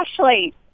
Ashley